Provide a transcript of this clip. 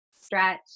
stretch